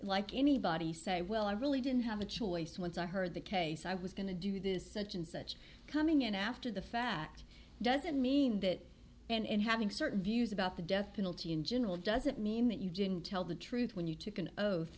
like anybody say well i really didn't have a choice once i heard the case i was going to do this such and such coming in after the fact doesn't mean that and having certain views about the death penalty in general doesn't mean that you didn't tell the truth when you took an oath